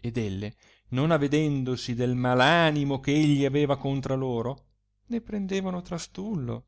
ed elle non avedendosi del mal animo che egli avea contra loro ne prendevano trastullo